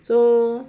so